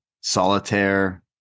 Solitaire